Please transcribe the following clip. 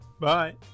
Bye